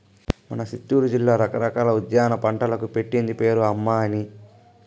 మన సిత్తూరు జిల్లా రకరకాల ఉద్యాన పంటలకు పెట్టింది పేరు అమ్మన్నీ